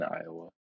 Iowa